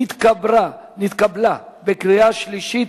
נתקבלה בקריאה שלישית,